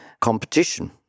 competition